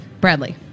Bradley